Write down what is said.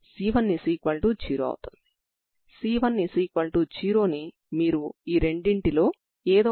ఈ విధంగా చేయడం ద్వారా మనం LXx1